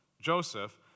Joseph